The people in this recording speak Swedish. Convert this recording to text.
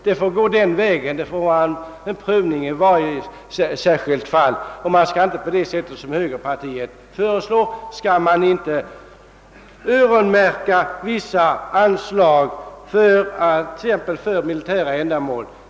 Det får gå den vägen. Det får bli en prövning i varje särskilt fall och man skall inte på det sätt som högerpartiet föreslår Ööronmärka vissa anslag för t.ex. militära ändamål.